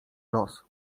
los